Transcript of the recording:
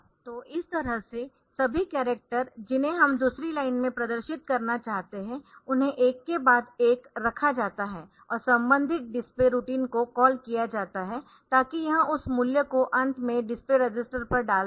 तो इस तरह से सभी कॅरक्टर जिन्हें हम दूसरी लाइन में प्रदर्शित करना चाहते है उन्हें एक के बाद एक रखा जाता है और संबंधित डिस्प्ले रूटीन को कॉल किया जाता है ताकि यह उस मूल्य को अंत में डिस्प्ले रजिस्टर पर डाल दे